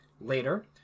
Later